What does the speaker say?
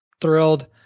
thrilled